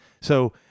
So-